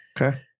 Okay